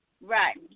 Right